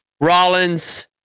Rollins